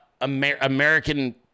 American